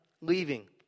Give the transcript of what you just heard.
leaving